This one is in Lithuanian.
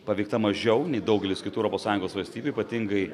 paveikta mažiau nei daugelis kitų europos sąjungos valstybių ypatingai